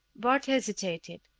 bart hesitated.